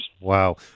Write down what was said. Wow